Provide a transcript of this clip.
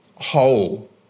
Whole